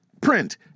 print